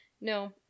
No